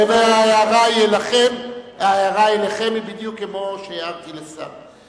ההערה אליכם היא בדיוק כמו שהערתי לשר.